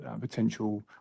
potential